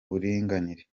buringanire